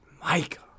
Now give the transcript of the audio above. Mike